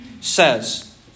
Says